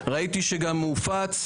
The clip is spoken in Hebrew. ראיתי גם שהוא הופץ,